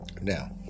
Now